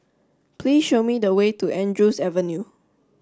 please show me the way to Andrews Avenue